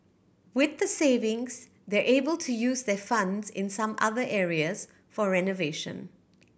with the savings they're able to use their funds in some other areas for renovation